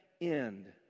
end